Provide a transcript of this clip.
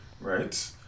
Right